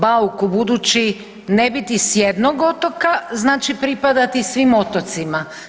Bauku budući ne biti s jednog otoka znači pripadati svim otocima.